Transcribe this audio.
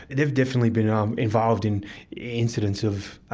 they've definitely been um involved in incidents of